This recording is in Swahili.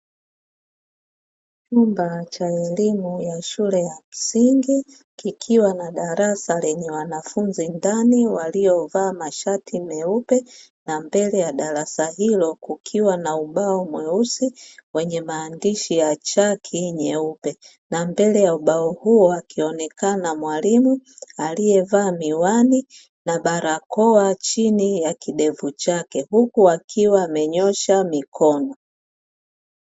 Chumba cha elimu ya shule ya msingi kikiwa na darasa lenye wanafunzi ndani waliovaa mashati meupe, na mbele ya darasa hilo kukiwa na ubao mweusi wenye maandishi ya chaki nyeupe, na mbele ya ubao huo akionekana mwalimu aliyevaa miwani na barakoa chini ya kidevu chake huku akiwa amenyosha mikono.